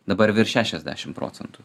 dabar virš šešiasdešimt procentų